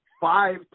five